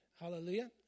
Hallelujah